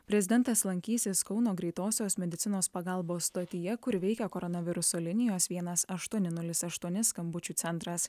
prezidentas lankysis kauno greitosios medicinos pagalbos stotyje kur veikia koronaviruso linijos vienas aštuoni nulis aštuoni skambučių centras